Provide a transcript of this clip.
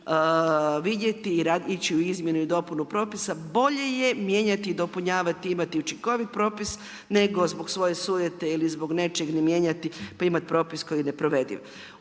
i vidjeti i ići u izmjenu i dopunu propisa. Bolje je mijenjati i dopunjavati i imati učinkovit propis nego zbog svoje sujete ili zbog nečeg ne mijenjati pa imati propis koji je neprovediv.